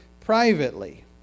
privately